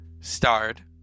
starred